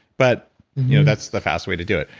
but that's the fast way to do it.